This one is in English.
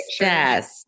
Yes